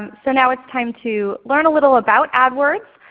um so now it's time to learn a little about adwords,